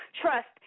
Trust